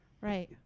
Right